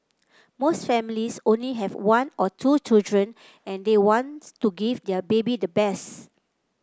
most families only have one or two children and they wants to give their baby the best